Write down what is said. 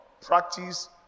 practice